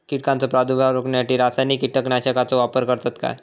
कीटकांचो प्रादुर्भाव रोखण्यासाठी रासायनिक कीटकनाशकाचो वापर करतत काय?